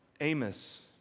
Amos